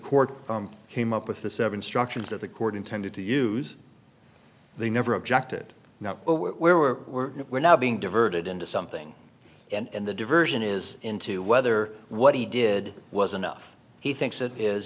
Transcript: court came up with the seven structures that the court intended to use they never objected now where we're we're we're now being diverted into something and the diversion is into whether what he did was enough he thinks it is